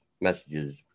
messages